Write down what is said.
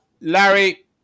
Larry